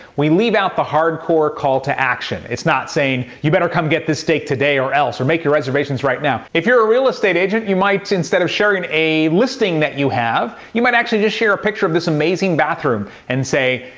we leave out the hard core call-to-action. it's not saying, you better come get this steak today or else, or make your reservations right now. if you're a real estate agent you might, instead of sharing a listing that you have, you might actually just share a picture of this amazing bathroom and say,